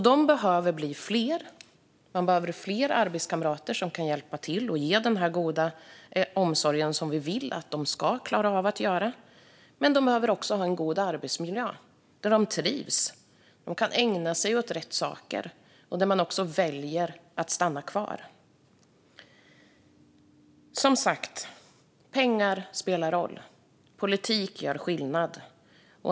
Där behövs fler arbetskamrater som kan hjälpa till att ge den goda omsorg som vi vill att man ska klara av att ge. Personalen behöver också ha en god arbetsmiljö där man trivs och kan ägna sig åt rätt saker och där man väljer att stanna kvar. Som sagt: Pengar spelar roll. Politik gör skillnad.